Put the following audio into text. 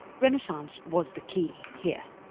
renaissance was the key here!